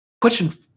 question